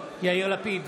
יאיר לפיד,